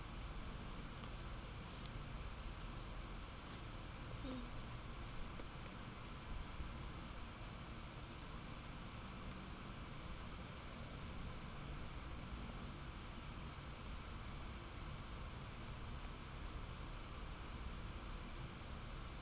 hmm